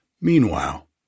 Meanwhile